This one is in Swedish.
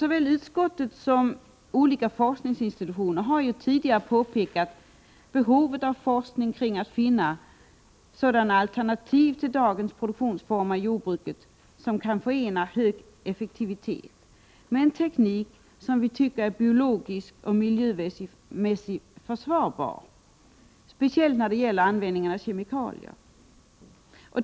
Såväl utskottet som olika forskningsinstitutioner har tidigare påpekat behovet av forskning för att finna sådana alternativ till dagens produktionsformer inom jordbruket att man kan förena hög effektivitet med en teknik som vi tycker är biologiskt och miljömässigt försvarbar, speciellt när det gäller användningen av kemikalier.